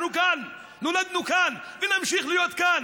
אנחנו כאן, נולדנו כאן ונמשיך להיות כאן.